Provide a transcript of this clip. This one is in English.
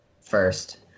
first